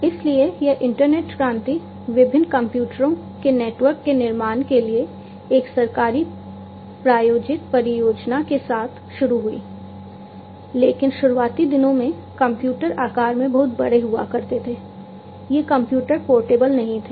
इसलिए यह इंटरनेट क्रांति विभिन्न कंप्यूटरों के नेटवर्क के निर्माण के लिए एक सरकारी प्रायोजित परियोजना के साथ शुरू हुई लेकिन शुरुआती दिनों में कंप्यूटर आकार में बहुत बड़े हुआ करते थे ये कंप्यूटर पोर्टेबल नहीं थे